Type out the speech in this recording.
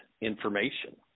information